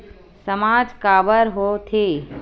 सामाज काबर हो थे?